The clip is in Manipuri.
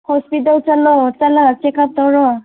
ꯍꯣꯁꯄꯤꯇꯥꯜ ꯆꯠꯂꯒ ꯆꯦꯛꯑꯞ ꯇꯧꯔꯣ